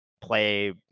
play